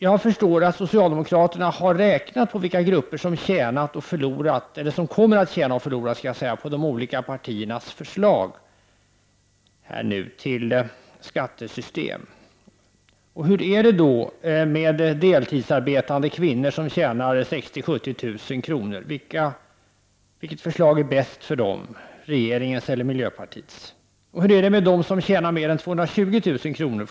Jag förstår att socialdemokraterna har räknat på vilka grupper som kommer att tjäna och vilka som kommer att förlora på de olika partiernas förslag till skattesystem. Hur blir det för deltidsarbetande kvinnor som tjänar 60 000-70 000 kr.? Vilket förslag är bäst för dem, regeringens eller miljöpartiets? Hur blir det för dem som tjänar mer än 220 000 kr.?